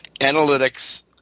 Analytics